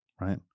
right